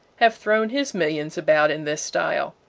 have thrown his millions about in this style.